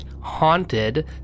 haunted